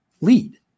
lead